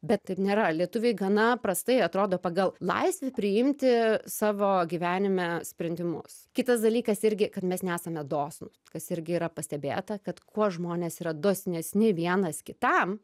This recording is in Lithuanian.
bet taip nėra lietuviai gana prastai atrodo pagal laisvę priimti savo gyvenime sprendimus kitas dalykas irgi kad mes nesame dosnūs kas irgi yra pastebėta kad kuo žmonės yra dosnesni vienas kitam